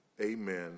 Amen